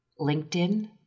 LinkedIn